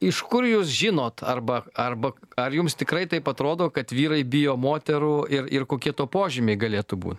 iš kur jūs žinot arba arba ar jums tikrai taip atrodo kad vyrai bijo moterų ir ir kokie to požymiai galėtų būt